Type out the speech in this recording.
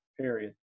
period